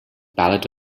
ballad